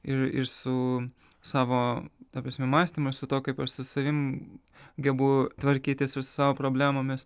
ir ir su savo ta prasme mąstymas su tuo kaip aš su savim gebu tvarkytis su savo problemomis